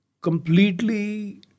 completely